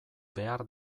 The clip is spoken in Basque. behar